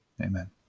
Amen